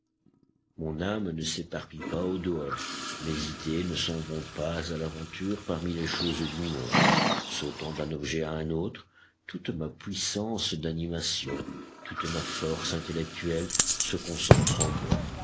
mon âme ne s'éparpille pas au dehors mes idées ne s'en vont pas à l'aventure parmi les choses du monde sautant d'un objet à un autre toute ma puissance d'animation toute ma force intellectuelle se concentrent en moi